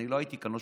אני לא הייתי כאן.